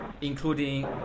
including